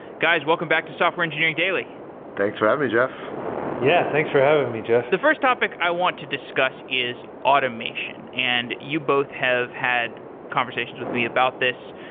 guys, welcome back to software engineering daily thanks for having me, jeff yeah, thanks for having me, jeff the first topic i want to discuss is automation, and you both have had conversations with me about this.